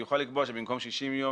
יוכל לקבוע שבמקום 60 יום,